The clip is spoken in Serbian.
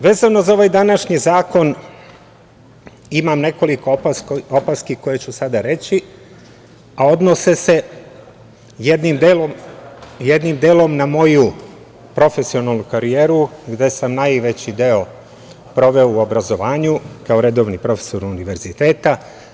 Vezano za ovaj današnji zakon, imam nekoliko opaski, koje ću sada reći, a odnose se jednim delom na moju profesionalnu karijeru gde sam najveći deo proveo u obrazovanju, kao redovni profesor univerziteta.